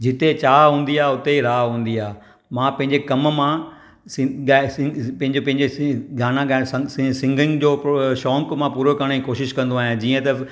जिते चाह हूंदी आहे उते ई राह हूंदी आहे मां पंहिंजे कमु मां पंहिंजे पंहिंजे गाना गायण संग सिंगिंग जो शौंक़ु मां पूरो करण ई कोशिशि कंदो आहियां जीअं अथव